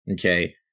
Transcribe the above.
Okay